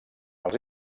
els